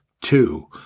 Two